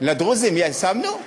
לדרוזים שמנו?